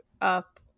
up